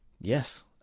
Yes